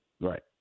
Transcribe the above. Right